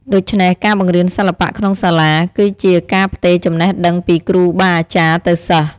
ដូច្នេះ ការបង្រៀនសិល្បៈក្នុងសាលា គឺជាការផ្ទេរចំណេះដឹងពីគ្រូបាអាចារ្យទៅសិស្ស។